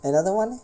another one leh